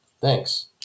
Thanks